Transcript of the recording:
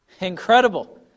Incredible